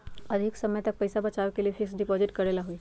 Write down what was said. अधिक समय तक पईसा बचाव के लिए फिक्स डिपॉजिट करेला होयई?